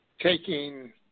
Taking